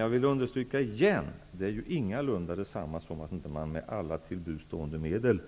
Jag vill återigen understryka att detta ingalunda är detsamma som att man inte med alla till buds stående medel